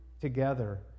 together